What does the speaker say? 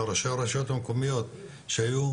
לראשי הרשויות המקומיות שהיו,